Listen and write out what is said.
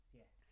yes